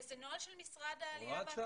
זה נוהל של משרד העלייה והקליטה,